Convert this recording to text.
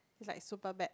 it's like super bad